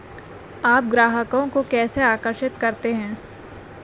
आप ग्राहकों को कैसे आकर्षित करते हैं?